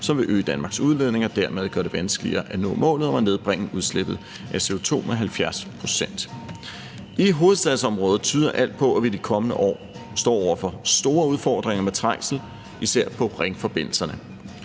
som vil øge Danmarks udledning af CO2 og dermed gøre det vanskeligere at nå målet om at nedbringe udslippet af CO2 med 70 pct. I hovedstadsområdet tyder alt på, at vi i de kommende år står over for store udfordringer med trængsel, især i ringforbindelserne.